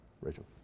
Rachel